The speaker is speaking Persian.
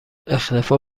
اختفاء